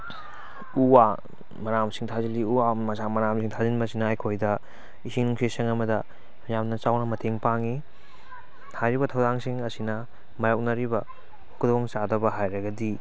ꯎ ꯋꯥ ꯃꯅꯥ ꯃꯁꯤꯡ ꯊꯥꯖꯤꯜꯂꯤ ꯎ ꯋꯥ ꯃꯅꯥ ꯃꯁꯤꯡ ꯊꯥꯖꯟꯕꯁꯤꯅ ꯑꯩꯈꯣꯏꯗ ꯏꯁꯤꯡ ꯅꯨꯡꯁꯤꯠ ꯁꯦꯡꯍꯟꯕꯗ ꯌꯥꯝꯅ ꯆꯥꯎꯅ ꯃꯇꯦꯡ ꯄꯥꯡꯉꯤ ꯍꯥꯏꯔꯤꯕ ꯊꯧꯔꯥꯡꯁꯤꯡ ꯑꯁꯤꯅ ꯃꯥꯌꯣꯛꯅꯔꯤꯕ ꯈꯨꯗꯣꯡꯆꯥꯗꯕ ꯍꯥꯏꯔꯒꯗꯤ